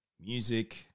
music